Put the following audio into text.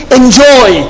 enjoy